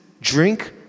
drink